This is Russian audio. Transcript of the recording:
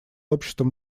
обществам